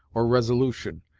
or resolution,